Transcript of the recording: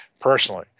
personally